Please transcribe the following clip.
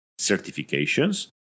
certifications